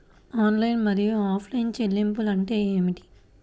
Online మరియు offline చెల్లింపులు అంటే ఏమిటి?